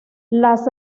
las